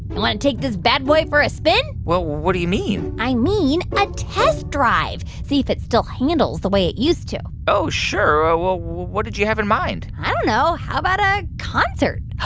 and want to take this bad boy for a spin? well, what do you mean? i mean a test drive, see if it still handles the way it used to oh, sure. ah well, what did you have in mind? i don't know. how about a concert?